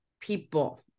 people